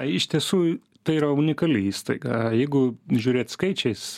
iš tiesų tai yra unikali įstaiga jeigu žiūrėt skaičiais